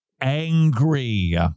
angry